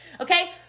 okay